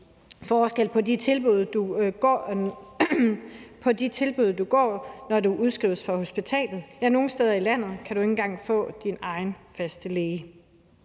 forskel på de tilbud, du får, når du udskrives fra hospitalet, ja, nogle steder i landet kan du ikke engang få din egen faste læge.